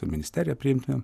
su ministerija priimtumėm